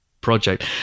project